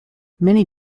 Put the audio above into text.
many